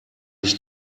ich